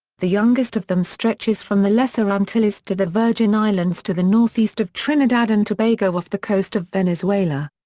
the youngest of them stretches from the lesser antilles to the virgin islands to the north east of trinidad and tobago off the coast of venezuela.